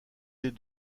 des